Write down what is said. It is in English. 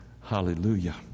Hallelujah